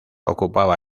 ocupaba